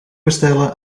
bestellen